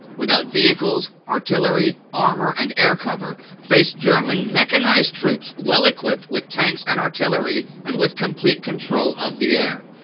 without vehicles, artillery, armor, and air cover, faced german mechanized troops well-equipped with tanks and artillery, and with complete control of the air.